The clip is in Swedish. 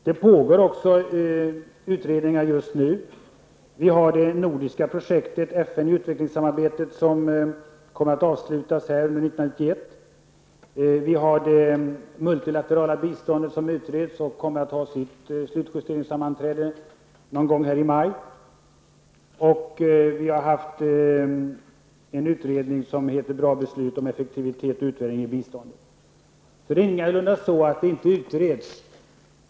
Det pågår också utredningar just nu, bl.a. det nordiska projektet ''FN i utvecklingssamarbetet'', som kommer att avslutas under 1991. Vidare utreds det multilaterala biståndet, och den utredningen kommer att ha sitt slutjusteringssammanträde någon gång i maj. Vi har också haft en utredning som heter ''Bra beslut -- om effektivitet och utvärdering i biståndet''. Det är ingalunda så att det inte utreds.